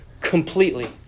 completely